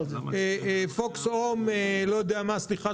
פוקס הום ואחרים,